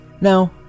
Now